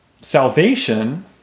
Salvation